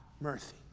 mercy